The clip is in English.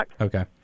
Okay